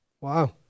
Wow